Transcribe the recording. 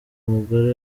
umugore